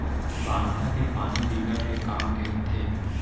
बांधा के पानी बिकट के काम के होथे